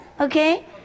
okay